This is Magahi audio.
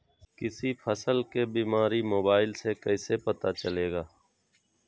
किसी फसल के बीमारी मोबाइल से कैसे पता चलेगा?